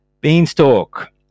Beanstalk